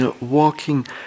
walking